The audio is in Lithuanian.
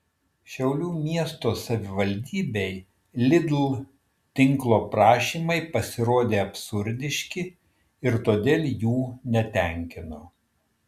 šiaulių miesto savivaldybei lidl tinklo prašymai pasirodė absurdiški ir todėl jų netenkino